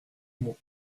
mons